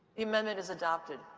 the amendment is adopted.